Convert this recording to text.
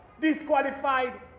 Disqualified